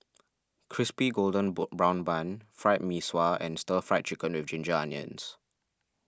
Crispy Golden Brown Bun Fried Mee Sua and Stir Fried Chicken with Ginger Onions